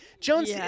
Jones